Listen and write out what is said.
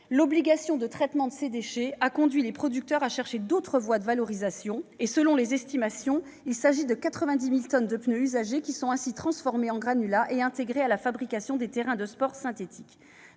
l'obligation de traitement de ces déchets a conduit les producteurs à chercher d'autres voies de valorisation. Selon les estimations, 90 000 tonnes de pneus usagés sont ainsi transformées en granulats et intégrées à la fabrication de terrains de sport synthétiques